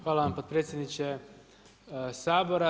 Hvala vam potpredsjedniče Sabora.